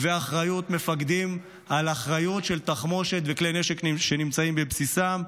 אחריות מפקדים על תחמושת וכלי נשק שנמצאים בבסיסם.